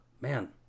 man